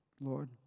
Lord